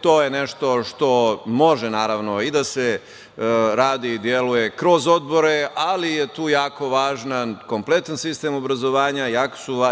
To je nešto što može, naravno, da se radi i deluje kroz odbore, ali je tu jako važan kompletan sistem obrazovanja i